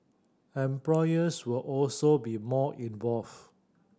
employers will also be more involved